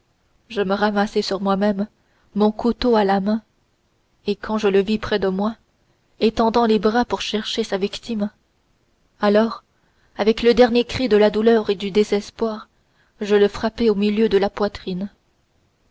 je me ramassai sur moi-même mon couteau à la main et quand je le vis près de moi étendant les bras pour chercher sa victime alors avec le dernier cri de la douleur et du désespoir je le frappai au milieu de la poitrine